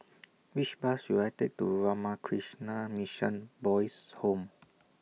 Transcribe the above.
Which Bus should I Take to Ramakrishna Mission Boys' Home